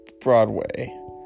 Broadway